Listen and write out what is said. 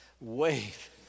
wave